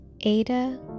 Ada